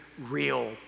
real